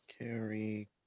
Carry